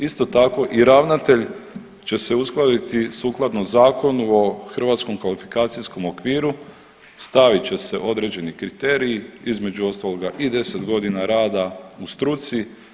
Isto tako i ravnatelj će se uskladiti sukladno Zakonu o Hrvatskom kvalifikacijskom okviru, stavit će se određeni kriteriji, između ostaloga i 10 godina rada u struci.